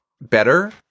better